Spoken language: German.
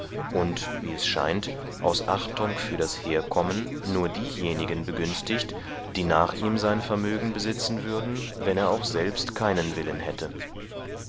und wie es scheint aus achtung für das herkommen nur diejenigen begünstigt die nach ihm sein vermögen besitzen würden wenn er auch selbst keinen willen hätte